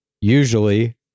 Usually